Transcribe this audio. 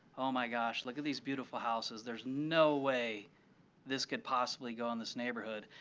oh, my gosh, look at these beautiful houses. there's no way this could possibly go in this neighborhood.